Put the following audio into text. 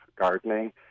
gardening